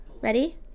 Ready